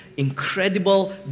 incredible